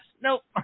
Nope